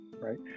right